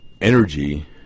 energy